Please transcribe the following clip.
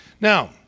Now